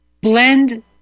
blend